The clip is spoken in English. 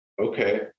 Okay